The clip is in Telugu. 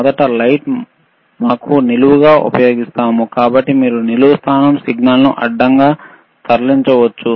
మొదట నిలువు స్థానం ఉపయోగిస్తాము ఇది సిగ్నల్ను నిలువుగా తరలిస్తుంది